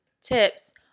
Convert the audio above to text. tips